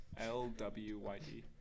l-w-y-d